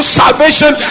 salvation